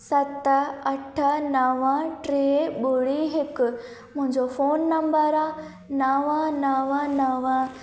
सत अठ नव टे ॿुड़ी हिकु मुंहिंजो फोन नंबर आहे नव नव नव